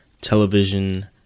television